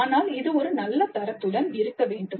ஆனால் இது ஒரு நல்ல தரத்துடன் இருக்க வேண்டும்